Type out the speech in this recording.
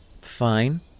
fine